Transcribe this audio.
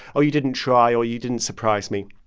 oh, you didn't try or you didn't surprise me.